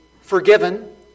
Forgiven